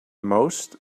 most